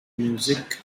music